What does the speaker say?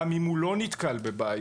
גם אם הוא לא נתקל בבעיות,